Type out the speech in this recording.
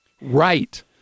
Right